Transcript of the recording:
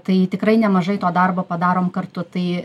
tai tikrai nemažai to darbo padarom kartu tai